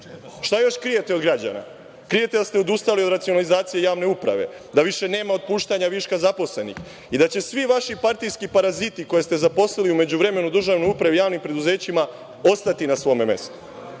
Šta još krijete od građana? Krijete da ste odustali od racionalizacije javne uprave, da više nema otpuštanja viška zaposlenih i da će svi vaši partijski paraziti, koje ste zaposlili u međuvremenu u državnoj upravi i javnim preduzećima, ostati na svome mestu. Šta